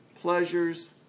pleasures